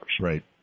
Right